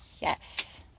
Yes